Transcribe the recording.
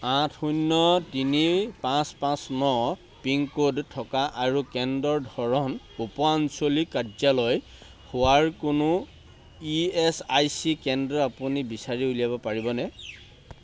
আঠ শূন্য তিনি পাঁচ পাঁচ ন পিন ক'ড থকা আৰু কেন্দ্ৰৰ ধৰণ উপ আঞ্চলিক কাৰ্যালয় হোৱাৰ কোনো ই এচ আই চি কেন্দ্ৰ আপুনি বিচাৰি উলিয়াব পাৰিবনে